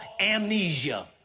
amnesia